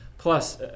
Plus